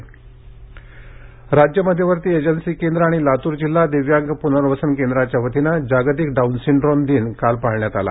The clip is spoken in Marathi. डाऊन सिंड़ोम लातर राज्य मध्यवर्ती एजन्सी केंद्र आणि लातुर जिल्हा दिव्यांग पुनर्वसन केंद्राच्या वतीने जागतिक डाऊन सिंड्रोम दिन काल पाळण्यात आला